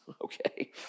okay